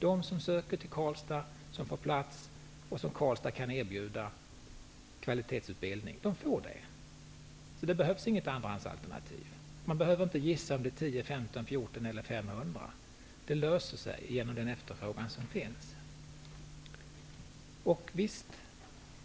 De som söker till Karlstad och som Karlstad kan erbjuda kvalitetsutbildning får det. Det behövs inget andrahandsalternativ. Man behöver inte gissa om det blir 10, 14, 15 eller 500 som söker. Det löser sig genom den efterfrågan som finns.